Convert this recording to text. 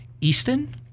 Easton